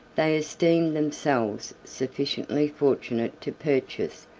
they esteemed themselves sufficiently fortunate to purchase,